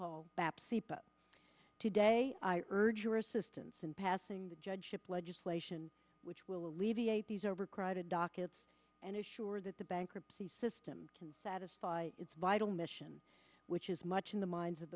but today i urge your assistance in passing the judgeship legislation which will alleviate these overcrowded dockets and ensure that the bankruptcy system can satisfy its vital mission which is much in the minds of